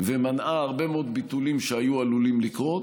ומנעה הרבה מאוד ביטולים שהיו עלולים לקרות.